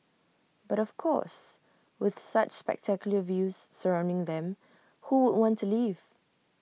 but of course with such spectacular views surrounding them who would want to leave